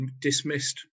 dismissed